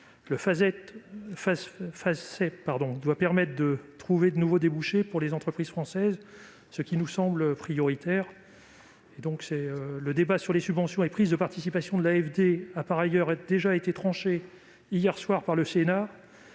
2021. Il doit permettre d'obtenir de nouveaux débouchés pour les entreprises françaises, ce qui nous semble prioritaire. Le débat sur les subventions et prises de participation de l'AFD a, du reste, été tranché hier soir par le Sénat